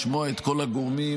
לשמוע את כל הגורמים.